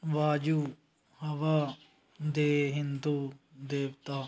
ਵਾਯੂ ਹਵਾ ਦੇ ਹਿੰਦੂ ਦੇਵਤਾ